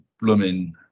blooming